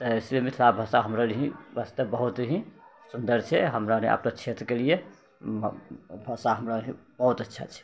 तऽ इसीलिए मिथिला भाषा हमरो लिए वास्ते बहुत ही सुन्दर छै हमरा लिए अपनो क्षेत्रके लिए भाषा हमरा बहुत अच्छा छै